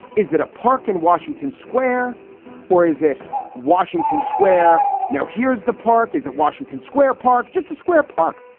is that a park in washington square or is it washington square? now, here's the park. is it washington square park? just a square park.